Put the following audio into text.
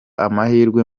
amahirwe